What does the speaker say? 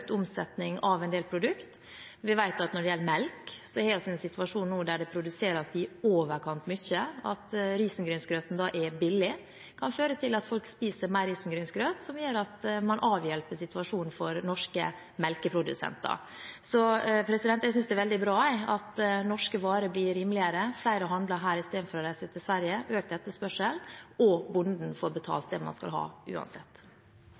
omsetning av en del produkter. Vi vet at når det gjelder melk, har vi en situasjon der det produseres i overkant mye. Det at risengrynsgrøten er billig, kan føre til at folk spiser mer risengrynsgrøt, noe som gjør at man avhjelper situasjonen for norske melkeprodusenter. Så jeg synes det er veldig bra at norske varer blir rimeligere. Flere handler her istedenfor å reise til Sverige, det blir økt etterspørsel, og bonden får betalt det man skal ha, uansett.